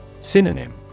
Synonym